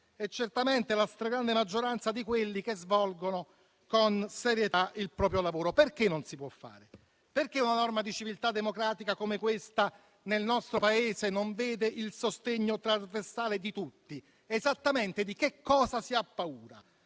e certamente la stragrande maggioranza di quanti svolgono con serietà il proprio lavoro. Perché non si può fare? Perché una norma di civiltà democratica come questa nel nostro Paese non vede il sostegno trasversale di tutti? Di che cosa si ha paura